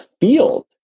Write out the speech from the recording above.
field